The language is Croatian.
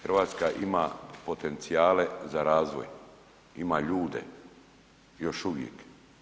Hrvatska ima potencijale za razvoj, ima ljude, još uvijek.